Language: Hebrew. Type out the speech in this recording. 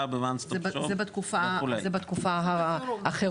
ב-ONE STOP SHOP. זה רק בתקופת החירום.